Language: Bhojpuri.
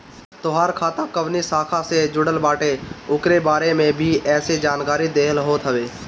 तोहार खाता कवनी शाखा से जुड़ल बाटे उकरे बारे में भी एमे जानकारी देहल होत हवे